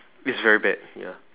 it's very bad ya